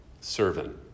servant